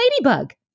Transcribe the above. ladybug